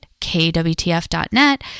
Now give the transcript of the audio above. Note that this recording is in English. kwtf.net